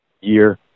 year